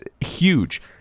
huge